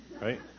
right